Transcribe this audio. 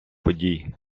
подій